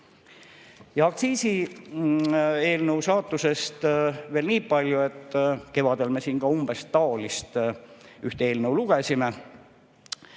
Aktsiisieelnõu saatusest veel nii palju, et kevadel me siin ka umbes samasugust eelnõu lugesime.